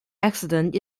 accident